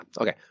Okay